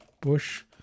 bush